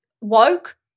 woke